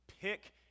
Pick